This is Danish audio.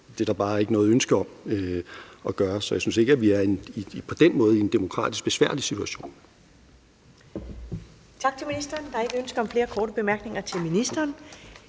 Det er der bare ikke noget ønske om at gøre, så jeg synes ikke, at vi på den måde er i en demokratisk besværlig situation. Kl. 14:45 Første næstformand (Karen Ellemann): Tak til ministeren. Der er ikke ønske om flere korte bemærkninger til ministeren.